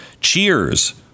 cheers